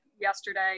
yesterday